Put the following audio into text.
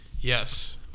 Yes